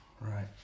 right